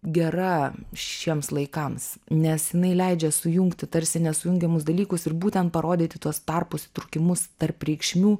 gera šiems laikams nes jinai leidžia sujungti tarsi nesujungiamus dalykus ir būtent parodyti tuos tarpus įtrūkimus tarp reikšmių